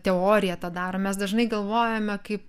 teoriją tą daro mes dažnai galvojame kaip